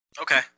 Okay